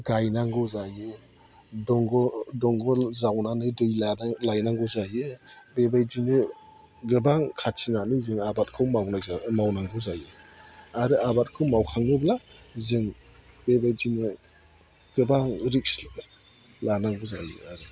गायनांगौ जायो दंग' दंग' जावनानै दै लायनांगौ जायो बेबायदिनो गोबां खाथिनानै जों आबादखौ मावनाय मावनांगौ जायो आरो आबादखौ मावखाङोब्ला जों बेबायदिनो गोबां रिक्स लानांगौ जायो आरो